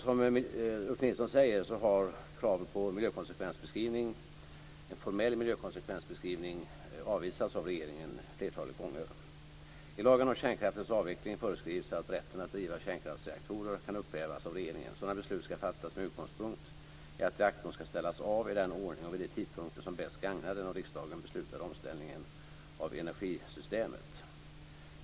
Som Ulf Nilsson säger har kraven på en formell miljökonsekvensbeskrivning avvisats av regeringen flertalet gånger. I lagen om kärnkraftens avveckling föreskrivs att rätten att driva kärnkraftsreaktorer kan upphävas av regeringen. Sådana beslut ska fattas med utgångspunkt i att reaktorn ska ställas av i den ordning och vid de tidpunkter som bäst gagnar den av riksdagen beslutade omställningen av energisystemet.